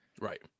Right